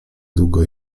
długo